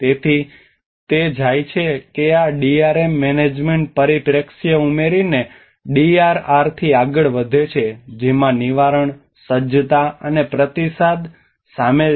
તેથી તે જાય છે કે આ ડીઆરએમ મેનેજમેન્ટ પરિપ્રેક્ષ્ય ઉમેરીને ડીઆરઆરથી આગળ વધે છે જેમાં નિવારણ સજ્જતા અને પ્રતિસાદ સાથે શામેલ છે